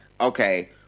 Okay